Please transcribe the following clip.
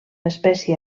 espècie